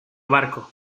barco